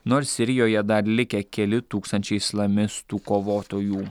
nors sirijoje dar likę keli tūkstančiai islamistų kovotojų